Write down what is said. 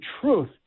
truth